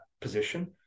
position